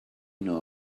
know